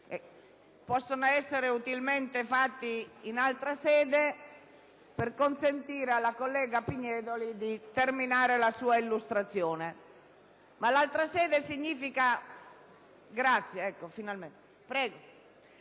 possono essere utilmente svolti in altra sede per consentire alla collega Pignedoli di terminare il suo intervento.